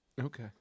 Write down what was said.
Okay